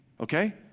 Okay